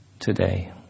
today